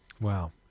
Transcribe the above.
Wow